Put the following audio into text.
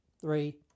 three